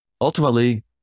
ultimately